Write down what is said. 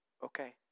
Okay